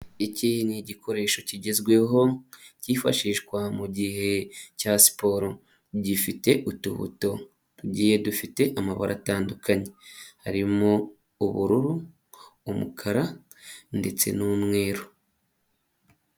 Iki ni igikoresho kigezweho, cyifashishwa mu gihe cya siporo. Gifite utubuto tugiye dufite amabara atandukanye, harimo: ubururu, umukara ndetse n'umweru.